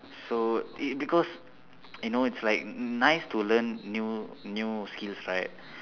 so it because you know it's like nice to learn new new skills right